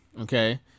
Okay